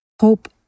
Hope